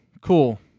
Cool